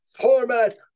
format